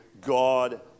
God